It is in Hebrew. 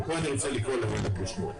ופה אני רוצה לקרוא לילד בשמו.